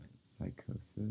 psychosis